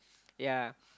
ya